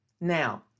Now